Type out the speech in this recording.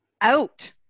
out